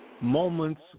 moments